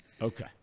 Okay